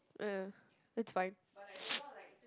uh yeah it's fine